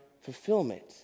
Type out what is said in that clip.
fulfillment